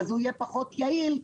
הוא יהיה פחות יעיל.